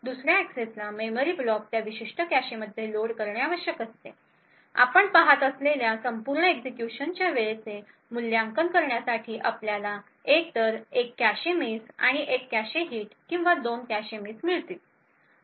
दुसर्या एक्सेसला memory block त्या विशिष्ट कॅशेमध्ये लोड करणे आवश्यक असते आपण पाहत असलेल्या संपूर्ण एक्झिक्युशनच्या वेळेचे मूल्यांकन करण्यासाठी आपल्याला एकतर एक कॅशे मिस आणि एक कॅशे हिट किंवा दोन कॅशे मिस मिळतील